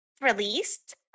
released